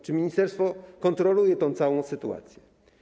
Czy ministerstwo kontroluje tę całą sytuację?